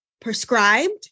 prescribed